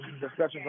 discussions